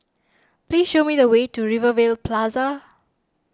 please show me the way to Rivervale Plaza